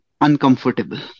uncomfortable